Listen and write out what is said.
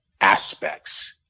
aspects